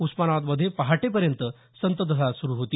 उस्मानाबादमध्ये पहाटेपर्यंत संततधार सुरू होती